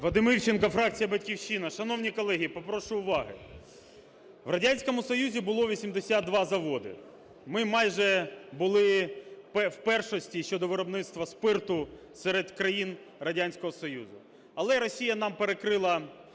Вадим Івченко, фракція "Батьківщина". Шановні колеги, попрошу уваги! В Радянському Союзі було 82 заводи. Ми майже були в першості щодо виробництва спирту серед країн Радянського Союзу. Але Росія нам перекрила